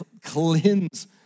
cleanse